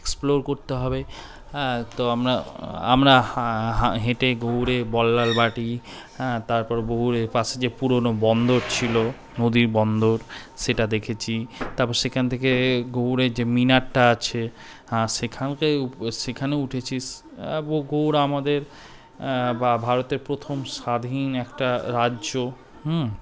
explore করতে হবে তো আমরা আমরা হেঁটে গৌড়ে বল্লালবাটি হ্যাঁ তারপর গৌড়ের পাশে যে পুরনো বন্দর ছিল নদীর বন্দর সেটা দেখেছি তারপর সেখান থেকে গৌড়ের যে মিনারটা আছে হ্যাঁ সেখানকে সেখানে উঠেছি গৌড় আমাদের বা ভারতের প্রথম স্বাধীন একটা রাজ্য